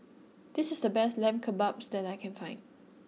this is the best Lamb Kebabs that I can find